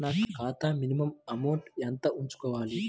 నా ఖాతా minimum amount ఎంత ఉంచుకోవాలి?